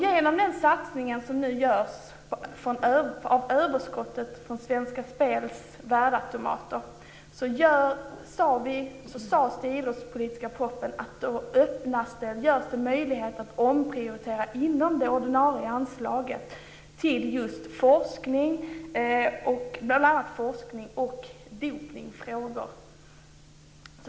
Genom den satsning som nu görs av överskottet från Svenska Spels värdeautomater öppnas det, sades i den idrottspolitiska propositionen, för möjligheten att omprioritera inom det ordinarie anslaget till just bl.a. forskning och dopningsfrågor.